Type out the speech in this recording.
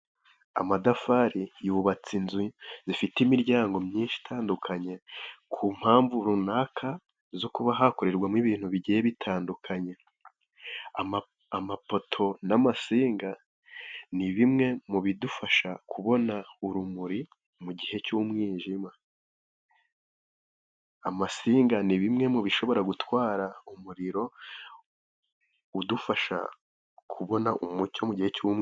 Amatafari yubatse inzu zifite imiryango myinshi itandukanye, ku mpamvu runaka zo kuba hakorerwamo ibintu bigiye bitandukanye, amapoto n'amatsinga ni bimwe mu bidufasha kubona urumuri mu gihe cy'umwijima, amatsinga ni bimwe mu bishobora gutwara umuriro udufasha kubona umucyo mu gihe cy'umwijima.